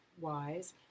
Wise